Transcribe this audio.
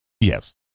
Yes